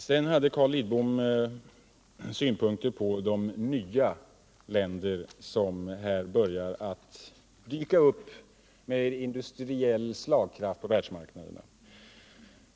Sedan hade Carl Lidbom synpunkter på de nya länder som börjar att dyka upp med industriell slagkraft på världsmarknaderna.